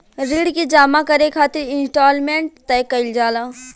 ऋण के जामा करे खातिर इंस्टॉलमेंट तय कईल जाला